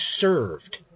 served